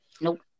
Nope